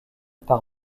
par